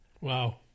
Wow